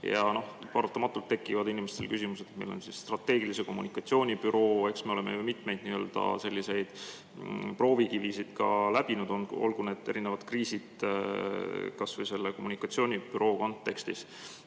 vahendusel. Paratamatult tekivad inimestel küsimused. Meil on strateegilise kommunikatsiooni büroo, me oleme ju mitmeid selliseid proovikivisid ka läbinud, olgu need erinevad kriisid kas või selle kommunikatsioonibüroo kontekstis.